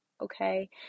Okay